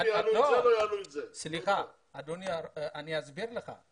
אני אסביר לך.